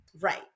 right